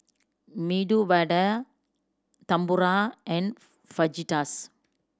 Medu Vada Tempura and Fajitas